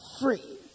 free